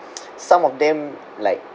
some of them like